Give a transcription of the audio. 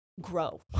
grow